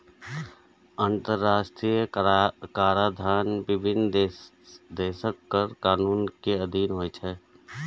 अंतरराष्ट्रीय कराधान विभिन्न देशक कर कानून के अधीन होइ छै